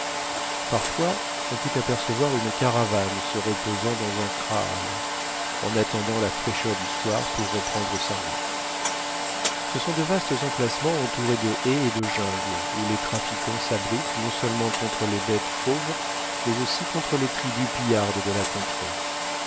parfois on put apercevoir une caravane se reposant dans un kraal en attendant la fraîcheur du soir pour reprendre sa route ce sont de vastes emplacements entourés de haies et de jungles où les trafiquants s'abritent non seulement contre les bêtes fauves mais aussi contre les tribus pillardes de la contrée